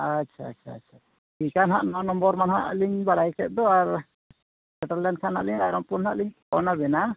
ᱟᱪᱪᱷᱟ ᱟᱪᱪᱷᱟ ᱢᱮᱱᱠᱷᱟᱱ ᱦᱟᱸᱜ ᱱᱚᱣᱟ ᱱᱚᱢᱵᱚᱨ ᱫᱚ ᱦᱟᱸᱜ ᱟᱹᱞᱤᱧ ᱵᱟᱲᱟᱭ ᱠᱮᱜ ᱫᱚ ᱟᱨ ᱥᱮᱴᱮᱨ ᱞᱮᱱᱠᱷᱟᱱ ᱞᱤᱧ ᱦᱟᱜ ᱨᱟᱭᱨᱚᱢᱯᱩᱨ ᱞᱤᱧ ᱯᱷᱳᱱ ᱟᱹᱵᱤᱱᱟ